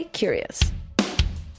curious